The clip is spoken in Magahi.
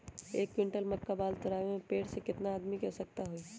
एक क्विंटल मक्का बाल तोरे में पेड़ से केतना आदमी के आवश्कता होई?